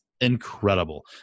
incredible